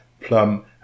plum